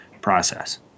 process